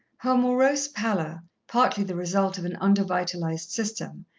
her morose pallor, partly the result of an under-vitalized system,